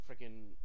freaking